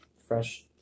fresh